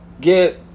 get